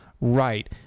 right